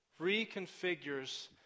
reconfigures